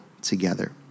together